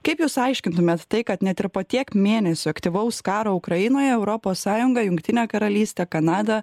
kaip jūs aiškintumėt tai kad net ir po tiek mėnesių aktyvaus karo ukrainoje europos sąjunga jungtinė karalystė kanada